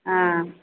ஆ